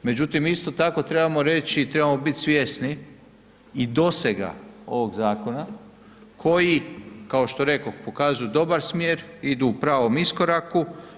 Međutim, isto tako trebamo reći i trebamo biti svjesni i dosega ovog zakona, koji kao što rekoh pokazuju dobar smjer, idu u pravom iskoraku.